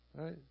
Right